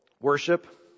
worship